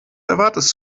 erwartest